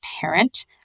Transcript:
parent